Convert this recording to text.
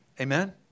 Amen